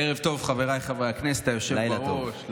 ערב טוב, חבריי חברי הכנסת, היושב בראש.